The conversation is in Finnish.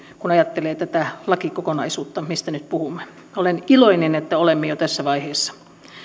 kun ajattelee tätä lakikokonaisuutta mistä nyt puhumme olen iloinen että olemme jo tässä vaiheessa